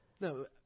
No